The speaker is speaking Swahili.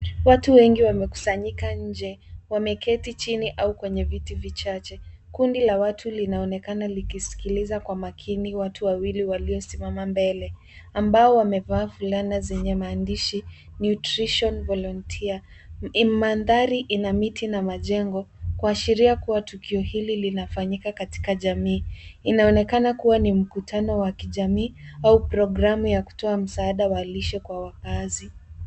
Watu wengi wamekusanyika nje, wameketi chini au kwenye viti vichache. Kundi la watu linaonekana likisikiliza kwa makini watu wawili waliosimama mbele, ambao wamevaa fulana zenye mandishi, nutrition volunteer, maandhari ina miti na majengo, kuashiria kuwa tukio hili linafanyika katika jamii, inaonekana kuwa ni mkutano wa kijamii au programu ya kutoa msaada wa lishe kwa wakaazi.